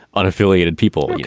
unaffiliated people.